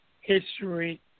History